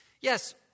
Yes